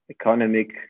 economic